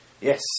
Yes